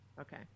Okay